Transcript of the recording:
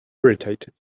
irritated